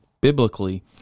biblically